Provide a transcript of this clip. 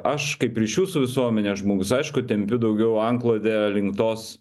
aš kaip ryšių su visuomene žmogus aišku tempiu daugiau antklodę link tos